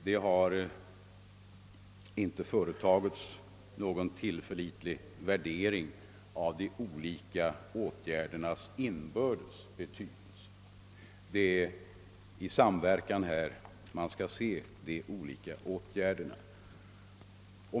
Det har inte företagits någon tillförlitlig värdering av de olika åtgärdernas inbördes betydelse. Det är i samverkan här som man skall se de olika åtgärderna.